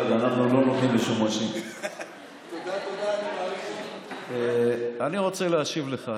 אני רוצה להשיב לך